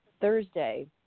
Thursday